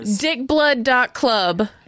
Dickblood.club